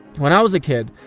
when i was a kid,